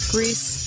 Greece